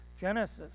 Genesis